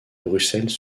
bruxelles